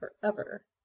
forever